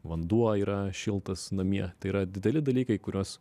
vanduo yra šiltas namie tai yra dideli dalykai kuriuos